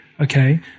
Okay